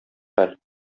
хәл